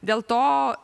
dėl to